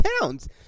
Pounds